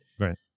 Right